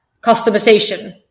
customization